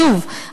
שוב,